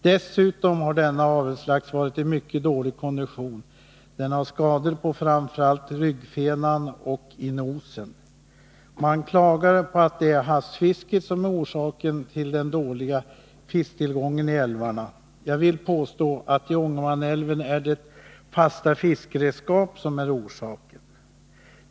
Dessutom har denna avelslax varit i mycket dålig kondition. Den har skador framför allt på ryggfenan och i nosen. Man klagar på att havsfisket är orsaken till den dåliga fisktillgången i älvarna. Jag vill påstå att det i Ångermanälven är de fasta fiskredskapen som är orsaken.